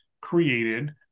created